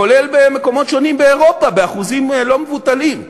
כולל במקומות שונים באירופה, באחוזים לא מבוטלים,